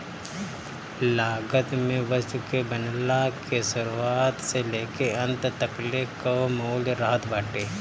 लागत में वस्तु के बनला के शुरुआत से लेके अंत तकले कअ मूल्य रहत बाटे